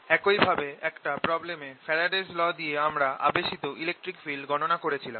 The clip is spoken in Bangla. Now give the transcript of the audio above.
একই ভাবে একটা প্রবলেমে ফ্যারাডেস ল দিয়ে আমরা আবেশিত ইলেকট্রিক ফিল্ড গণনা করছিলাম